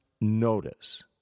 notice